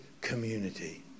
community